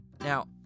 Now